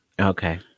Okay